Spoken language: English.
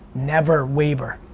never waver.